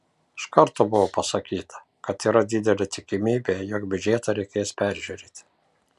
iš karto buvo pasakyta kad yra didelė tikimybė jog biudžetą reikės peržiūrėti